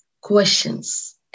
questions